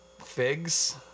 figs